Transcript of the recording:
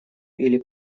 или